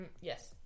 yes